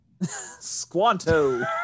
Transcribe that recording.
Squanto